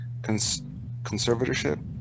conservatorship